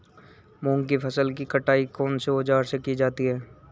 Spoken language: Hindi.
मूंग की फसल की कटाई कौनसे औज़ार से की जाती है?